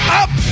up